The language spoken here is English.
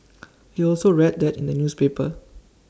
he also read that in the newspaper